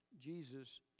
Jesus